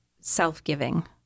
self-giving